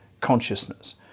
consciousness